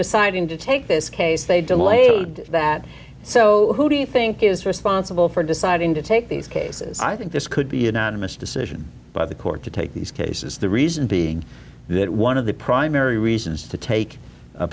deciding to take this case they delayed that so who do you think is responsible for deciding to take these cases i think this could be unanimous decision by the court to take these cases the reason being that one of the primary reasons to take a